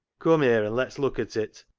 cum here and let's look at it.